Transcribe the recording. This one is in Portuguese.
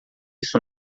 isso